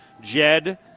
Jed